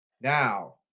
Now